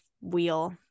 wheel